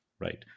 right